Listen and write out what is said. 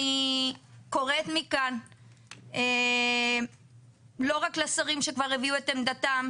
אני קוראת מכאן לא רק לשרים שכבר הביעו את עמדתם,